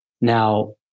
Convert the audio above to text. Now